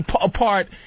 apart